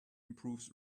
improves